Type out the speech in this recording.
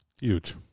huge